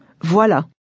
Voilà